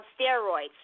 steroids